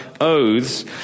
oaths